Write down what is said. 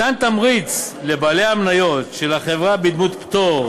מתן תמריץ לבעלי המניות של החברה בדמות פטור